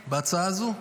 כן.